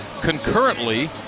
concurrently